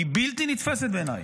היא בלתי נתפסת בעיניי.